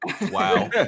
Wow